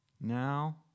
now